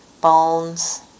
bones